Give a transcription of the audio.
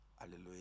Hallelujah